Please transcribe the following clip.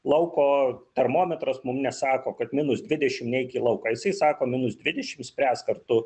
lauko termometras mum nesako kad minus dvidešim neik į lauką jisai sako minus dvidešim spręsk ar tu